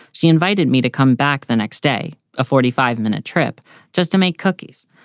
she invited me to come back the next day. a forty five minute trip just to make cookies.